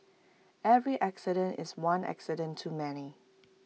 every accident is one accident too many